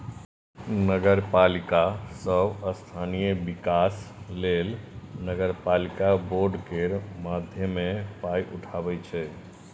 नगरपालिका सब स्थानीय बिकास लेल नगरपालिका बॉड केर माध्यमे पाइ उठाबै छै